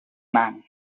man